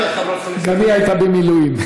גם היא הייתה במילואים.